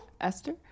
Esther